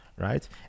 Right